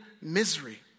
misery